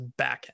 backend